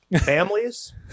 Families